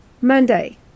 Monday